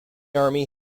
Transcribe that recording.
army